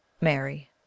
Mary